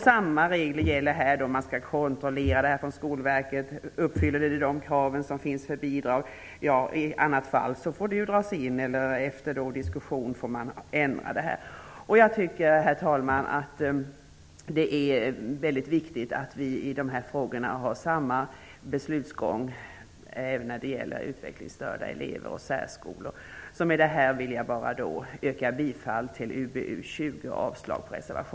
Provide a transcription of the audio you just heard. Samma regler skall gälla. Skolverket skall kontrollera om skolorna uppfyller de krav som finns för att få bidrag. I annat fall skall bidraget dras in. Skolan skall också, efter diskussion, ges möjlighet att ändra avgiften. Herr talman! Jag tycker att det är viktigt att vi i dessa frågor har samma beslutsgång när det gäller utvecklingsstörda elever och särskolor. Med detta vill jag bara yrka bifall till hemställan i